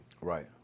Right